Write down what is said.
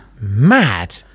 mad